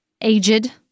aged